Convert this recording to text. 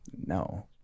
No